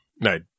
No